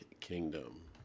kingdom